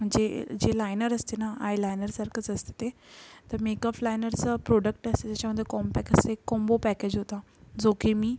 जे जे लायनर असते नं आय लायनरसारखंच असतं ते तर मेकफ लायनरचं प्रोडक्ट असतं त्याच्यामधे कॉम्पॅक असते कोंबो पॅकेज होतं जो की मी